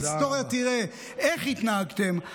ההיסטוריה תראה איך התנהגתם,